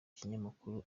kinyamakuru